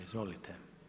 Izvolite.